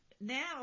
Now